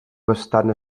bastant